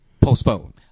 postpone